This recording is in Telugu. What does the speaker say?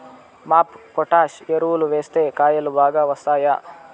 మాప్ పొటాష్ ఎరువులు వేస్తే కాయలు బాగా వస్తాయా?